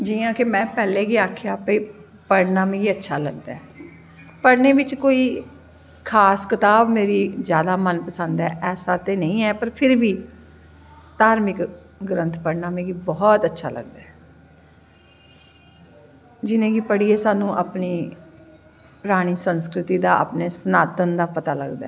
जियां में पैह्लैं गै आखेआ भाई पढ़नां मिगी अच्छा लगदा ऐ पढ़नें बिच्च कोई खास कताब मेरी जादा मन पसंद ऐ ऐसा ते नेंई ऐ पर फिर बी धार्मिक ग्रंथ पढ़ना मिगी बौह्त अच्छा लगदा ऐ जिनेंगी पढि़यै स्हानू अपनें परानीं संस्कृती दा सनातन दा पता लगदा ऐ